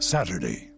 Saturday